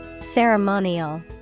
Ceremonial